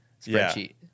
spreadsheet